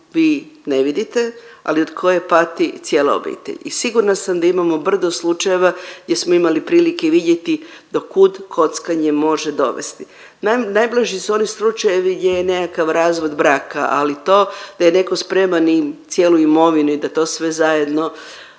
vi ne vidite, ali od koje pati cijela obitelj. I sigurna sam da imamo brdo slučajeva gdje smo imali prilike vidjeti do kud kockanje može dovesti. Najbliži su oni slučajevi gdje je nekakav razvod braka, ali i to da je neko spreman i cijelu imovinu i da to sve zajedno